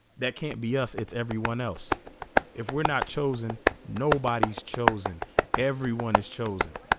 that can't be us it's everyone else if we're not chosen nobody's chosen everyone is chosen